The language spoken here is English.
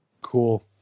Cool